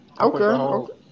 Okay